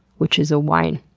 which is a wine,